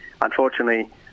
unfortunately